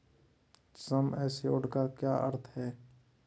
सम assured का क्या अर्थ है?